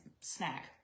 snack